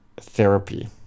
therapy